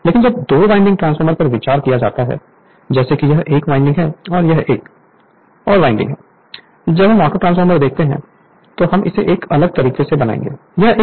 लेकिन जब दो वाइंडिंग ट्रांसफार्मर पर विचार किया जाता है जैसे कि यह 1 वाइंडिंग है और यह एक और वाइंडिंग है जब हम ऑटोट्रांसफॉर्मर देखते हैं तो हम इसे एक अलग तरीके से बनाएंगे